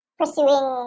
pursuing